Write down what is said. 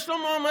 יש לו מועמדים.